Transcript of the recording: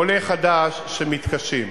עולה חדש, שמתקשים,